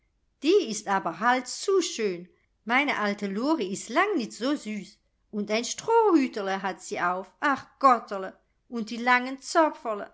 die ist aber halt zu schön meine alte lori ist lang nit so süß und ein strohhüterl hat sie auf ach gotterl und die langen